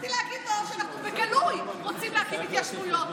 רציתי להגיד לו שאנחנו בגלוי רוצים להקים התיישבויות.